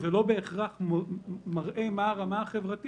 עשיתי